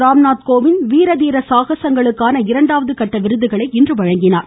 ராம்நாத் கோவிந்த் வீரதீர சாகசங்களுக்கான இரண்டாவது கட்ட விருதுகளை இன்று வழங்கினார்